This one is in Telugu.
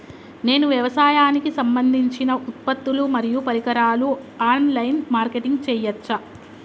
నేను వ్యవసాయానికి సంబంధించిన ఉత్పత్తులు మరియు పరికరాలు ఆన్ లైన్ మార్కెటింగ్ చేయచ్చా?